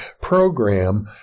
Program